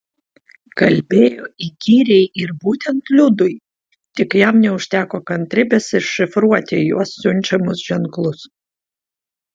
kalbėjo įkyriai ir būtent liudui tik jam neužteko kantrybės iššifruoti jos siunčiamus ženklus